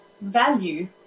value